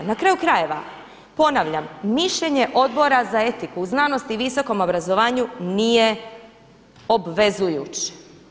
Na kraju krajeva ponavljam mišljenje Odbora za etiku, znanost i visokom obrazovanju nije obvezujući.